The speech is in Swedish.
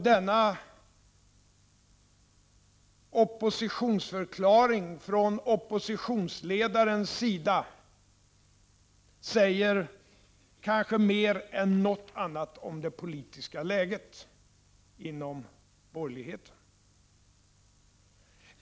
Denna ”oppositionsförklaring” från oppositionsledarens sida säger kanske mer än något annat om det politiska läget inom borgerligheten.